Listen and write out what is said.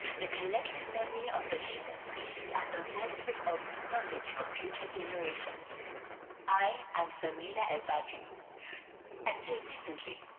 the collective memory of the human species, and the wellspring of knowledge for future generations i am samina ebdaji until recently.